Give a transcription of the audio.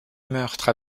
meurtre